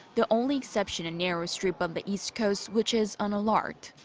the only exception a narrow strip um the east coast, which is on alert.